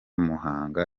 muhanga